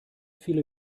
viele